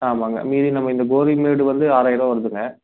ஆமாங்க மீதி நம்ம இங்கே கோலிமேடு வந்து ஆறாயர்ருபா வருதுங்க